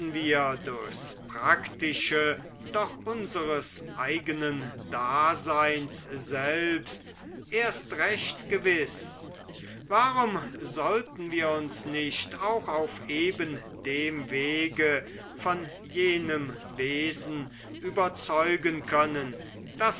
wir durchs praktische doch unseres eigenen daseins selbst erst recht gewiß warum sollten wir uns nicht auch auf eben dem wege von jenem wesen überzeugen können das